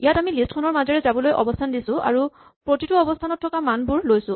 ইয়াত আমি লিষ্ট খনৰ মাজেৰে যাবলৈ অৱস্হান দিছো আৰু প্ৰতিটো অৱস্হানত থকা মানবোৰ লৈছো